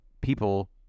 people